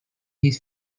his